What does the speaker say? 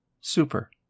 Super